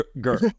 girl